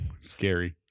Scary